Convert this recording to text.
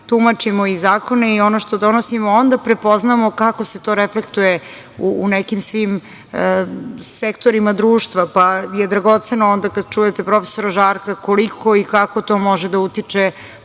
tumačimo i zakone i ono što donosimo onda prepoznamo kako se to reflektuje u nekim svim sektorima društva. Dragoceno je onda kada čujete profesora Žarka koliko i kako to može da utiče